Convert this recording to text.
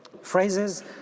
phrases